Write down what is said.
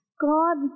God